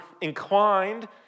inclined